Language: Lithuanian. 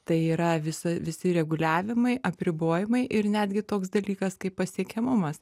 tai yra visa visi reguliavimai apribojimai ir netgi toks dalykas kaip pasiekiamumas